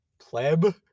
Pleb